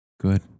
Good